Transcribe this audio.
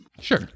Sure